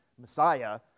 Messiah